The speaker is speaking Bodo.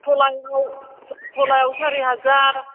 थलायाव थलायाव सारि हाजार